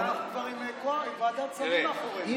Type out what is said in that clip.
כי אנחנו כבר עם ועדת שרים מאחורי זה.